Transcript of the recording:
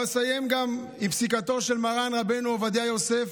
אסיים גם עם פסיקתו של מרן רבנו עובדיה יוסף,